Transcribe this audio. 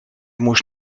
moest